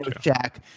Jack